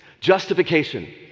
Justification